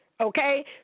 okay